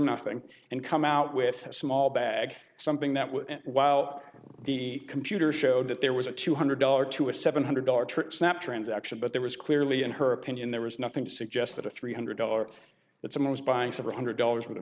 nothing and come out with a small bag something that would while the computer showed that there was a two hundred dollar to a seven hundred dollar trick snap transaction but there was clearly in her opinion there was nothing to suggest that a three hundred dollars that's almost buying several hundred dollars worth